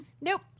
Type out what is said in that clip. Nope